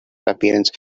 appearance